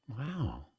Wow